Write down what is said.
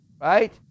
right